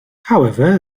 however